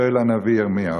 שואל הנביא ירמיהו.